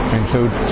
include